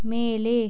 மேலே